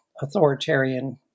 authoritarian